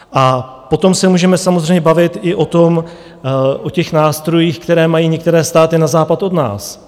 A potom se můžeme samozřejmě bavit i o těch nástrojích, které mají některé státy na západ od nás.